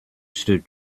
stood